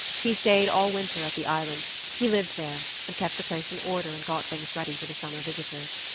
he stayed all winter at the island he lived there, and kept the place in order and got things ready for the summer visitors.